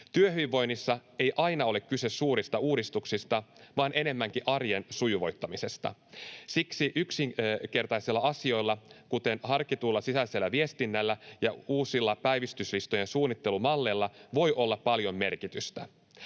Työhyvinvoinnissa ei aina ole kyse suurista uudistuksista, vaan enemmänkin arjen sujuvoittamisesta. Siksi yksinkertaisilla asioilla, kuten harkitulla sisäisellä viestinnällä ja uusilla päivystyslistojen suunnittelumalleilla, voi olla paljon merkitystä.